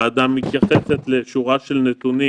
הוועדה מתייחסת לשורה של נתונים,